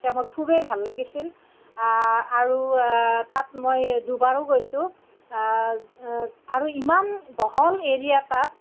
তেতিয়া মোৰ খুবেই ভাল লাগিছিল আৰু তাত মই দুবাৰো গৈছোঁ আৰু ইমান বহল এৰিয়া তাত